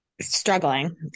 struggling